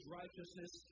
righteousness